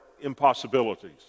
impossibilities